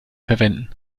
verwenden